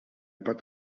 pot